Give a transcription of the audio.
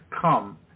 come